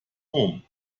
home